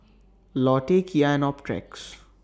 Lotte Kia and Optrex